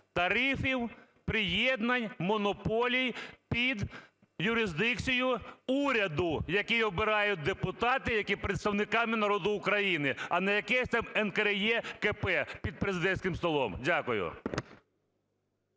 тарифів, приєднань, монополій під юрисдикцію уряду, який обирають депутати, які є представниками народу України, а не якесь там НКРЕКП під президентським столом? Дякую.